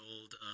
old